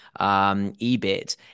ebit